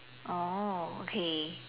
oh okay